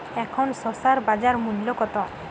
এখন শসার বাজার মূল্য কত?